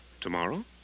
Tomorrow